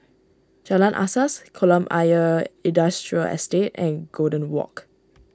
Jalan Asas Kolam Ayer Industrial Estate and Golden Walk